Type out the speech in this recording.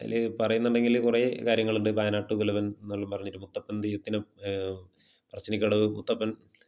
അതിൽ പറയുന്നുണ്ടെങ്കിൽ കുറെ കാര്യങ്ങളുണ്ട് പാനാട്ട് കുലവൻന്ന് പറഞ്ഞിട്ട് മുത്തപ്പൻ തെയ്യത്തിനും പറശ്ശിനിക്കടവ് മുത്തപ്പൻ